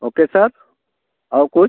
ओ के सर और कुछ